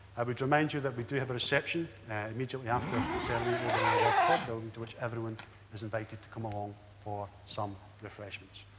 i would remind you that we do have a reception immediately after the ceremony, over in the lord todd building, which everyone is invited to come along for some refreshments.